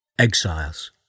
Exiles